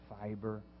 fiber